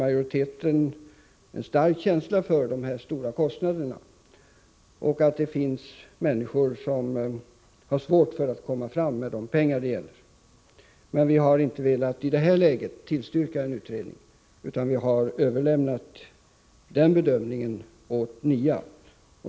Majoriteten har alltså en stark känsla för de stora kostnaderna och för att det finns människor som har svårt att komma fram med de pengar det gäller. Men vi har inte velat tillstyrka en utredning i detta läge utan vi har velat överlämna den bedömningen åt NIA.